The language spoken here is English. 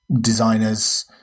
designers